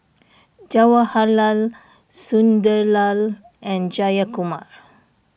Jawaharlal Sunderlal and Jayakumar